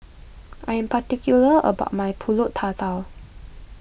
I am particular about my Pulut Tatal